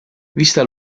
vista